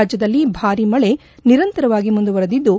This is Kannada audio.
ರಾಜ್ಞದಲ್ಲಿ ಭಾರಿ ಮಳೆ ನಿರಂತರವಾಗಿ ಮುಂದುವರೆದಿದ್ದು